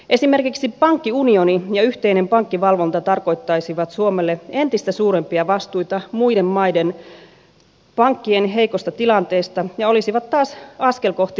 esimerkiksi pankkiunioni ja yhteinen pankkivalvonta tarkoittaisivat suomelle entistä suurempia vastuita muiden maiden pankkien heikosta tilanteesta ja olisivat taas askel kohti liittovaltiota